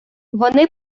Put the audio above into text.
вони